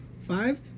Five